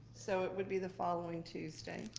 so it would be the following tuesday.